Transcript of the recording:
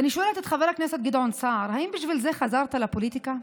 ואני שואלת את חבר הכנסת גדעון סער: האם בשביל זה חזרת לפוליטיקה?